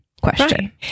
question